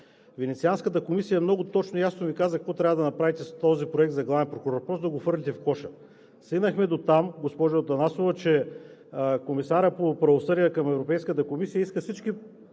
Венецианската комисия много точно и ясно Ви каза какво трябва да направите с този проект за главен прокурор – просто да го хвърлите в коша. Стигнахме дотам, госпожо Атанасова, че комисарят по правосъдие към Европейската комисия иска всички